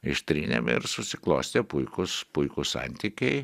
ištrynėm ir susiklostė puikūs puikūs santykiai